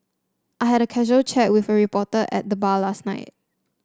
I had a casual chat with a reporter at the bar last night